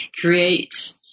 create